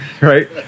Right